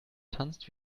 tanzt